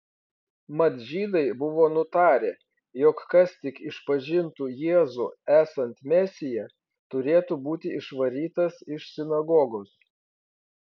mat žydai buvo nutarę jog kas tik išpažintų jėzų esant mesiją turėtų būti išvarytas iš sinagogos